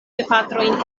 gepatrojn